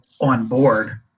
onboard